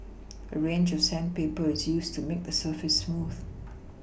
a range of sandpaper is used to make the surface smooth